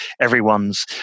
everyone's